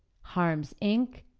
harms, inc,